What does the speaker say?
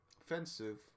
offensive